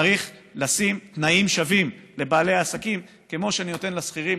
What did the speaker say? צריך לשים תנאים שווים לבעלי העסקים כמו שאני נותן לשכירים.